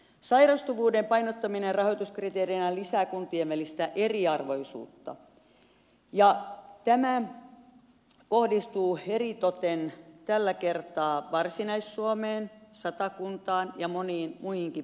sairastavuuden painottaminen rahoituskriteerinä lisää kuntien välistä eriarvoisuutta ja tämä kohdistuu tällä kertaa eritoten varsinais suomeen satakuntaan ja moniin muihinkin paikkakuntiin